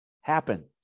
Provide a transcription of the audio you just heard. happen